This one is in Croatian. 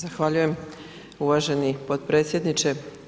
Zahvaljujem uvaženi potpredsjedniče.